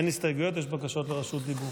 (אישורים רגולטוריים,